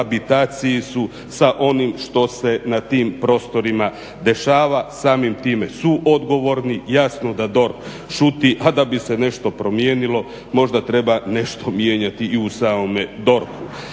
kohabitaciji su sa onim što se na tim prostorima dešava. Samim time su odgovorni, jasno da DORH šuti, a da bi se nešto promijenilo možda treba nešto mijenjati i u samome DORH-u.